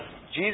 Jesus